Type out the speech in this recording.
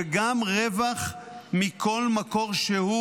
וגם רווח מכל מקור שהוא,